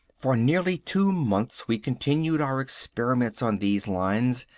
for nearly two months we continued our experiments on these lines.